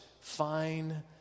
fine